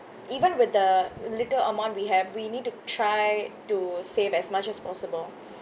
even with the little amount we have we need to try to save as much as possible